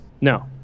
No